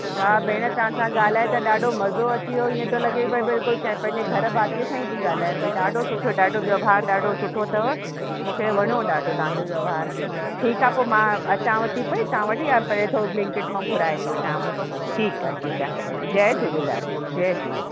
वाह भेण तव्हां सां ॻाल्हाए त ॾाढो मज़ो अची वियो इअं थो लॻे भई बिल्कुलु कंहिं पंहिंजे घरि भातिअ सां ई थी ॻाल्हायां पेई ॾाढो सुठो ॾाढो व्यव्हार ॾाढो सुठो अथव मूंखे वणियो ॾाढो तव्हांजो व्यव्हार ठीकु आहे पोइ मां अचांव थी पेई तव्हां वटि या पहिले थोरो ब्लिंकइट मां घुराए थी वठां ठीकु आहे ठीकु आहे जय झूलेलाल जय झू